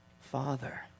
Father